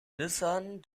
nissan